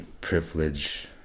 privilege